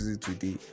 today